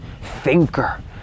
thinker